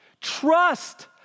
trust